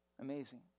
Amazing